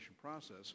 process